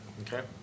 Okay